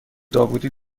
داوودی